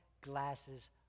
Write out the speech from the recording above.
glasses